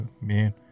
man